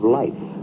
life